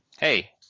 Hey